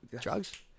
drugs